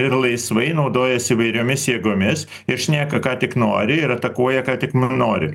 ir laisvai naudojasi įvairiomis jėgomis ir šneka ką tik nori ir atakuoja ką tik nori